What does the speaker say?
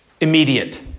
immediate